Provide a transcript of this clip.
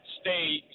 stay